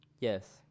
Yes